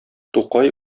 тукай